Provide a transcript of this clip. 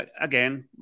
Again